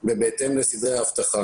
את דוקטור פאולה רושקה.